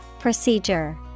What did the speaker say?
Procedure